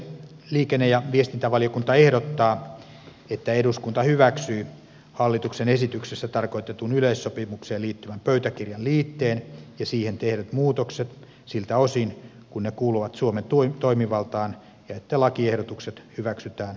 liikenne ja viestintävaliokunta ehdottaa että eduskunta hyväksyy hallituksen esityksessä tarkoitetun yleissopimukseen liittyvän pöytäkirjan liitteen ja siihen tehdyt muutokset siltä osin kuin ne kuuluvat suomen toimivaltaan ja että lakiehdotukset hyväksytään muuttamattomina